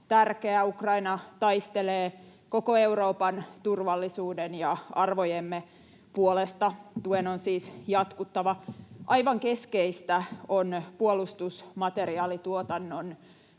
tärkeää. Ukraina taistelee koko Euroopan turvallisuuden ja arvojemme puolesta. Tuen on siis jatkuttava. Aivan keskeistä on puolustusmateriaalituotannon